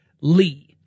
Lee